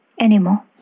anymore